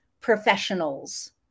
professionals